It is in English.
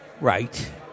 Right